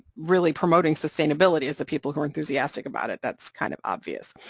really promoting, sustainability is the people who are enthusiastic about it, that's kind of obvious.